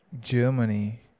Germany